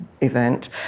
event